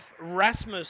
Rasmus